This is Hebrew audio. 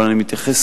אבל אני כן מתייחס